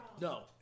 No